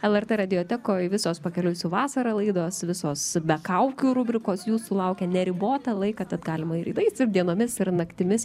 lrt radiotekoj visos pakeliui su vasara laidos visos be kaukių rubrikos jūsų laukia neribotą laiką tad galima ir rytais ir dienomis ir naktimis